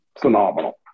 phenomenal